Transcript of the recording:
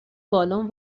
بالن